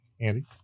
Andy